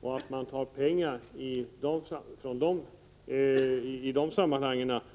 Dessa medel